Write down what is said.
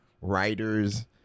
writers